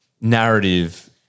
narrative